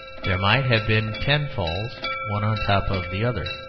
there might have been ten falls, one on top of the other,